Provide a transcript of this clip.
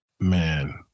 Man